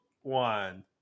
one